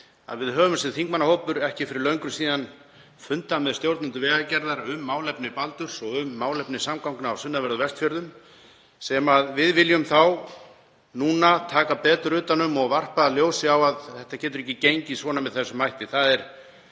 við höfum sem þingmannahópur ekki fyrir löngu fundað með stjórnendum Vegagerðarinnar um málefni Baldurs og um málefni samgangna á sunnanverðum Vestfjörðum sem við viljum taka betur utan um og varpa ljósi á að þetta getur ekki gengið með þessum hætti.